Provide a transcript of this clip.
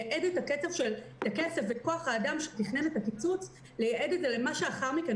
היה צריך לייעד את הכסף ואת כוח-האדם לתוכניות שנוכל לעשות לאחר מכן